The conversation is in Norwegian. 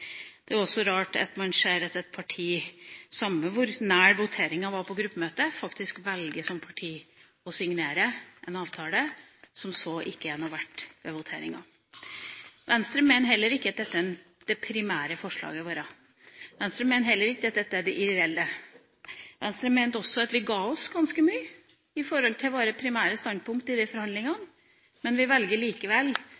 parti, samme hvor nær voteringa var på gruppemøtet, faktisk velger å signere en avtale som så ikke er noe verdt ved voteringa. Venstre mener heller ikke at dette er det primære forslaget vårt. Venstre mener heller ikke at dette er det ideelle. Venstre mener også at vi ga oss ganske mye med hensyn til våre primære standpunkter i de